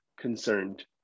concerned